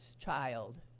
child